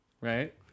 Right